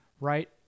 right